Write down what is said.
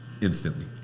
instantly